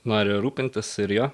nori rūpintis ir juo